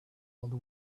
old